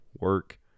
Work